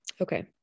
Okay